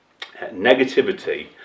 negativity